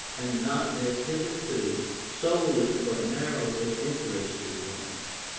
and not, as hitherto, solely for narrowly interested ones.